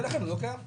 ולכן הוא לא קיים.